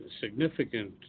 significant